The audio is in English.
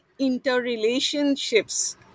interrelationships